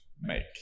make